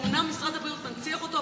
אומנם משרד הבריאות מנציח אותו,